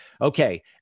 Okay